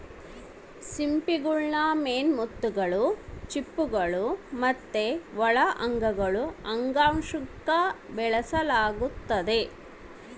ಸಿಂಪಿಗುಳ್ನ ಮೇನ್ ಮುತ್ತುಗುಳು, ಚಿಪ್ಪುಗುಳು ಮತ್ತೆ ಒಳ ಅಂಗಗುಳು ಅಂಗಾಂಶುಕ್ಕ ಬೆಳೆಸಲಾಗ್ತತೆ